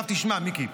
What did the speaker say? תשמע, מיקי,